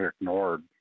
ignored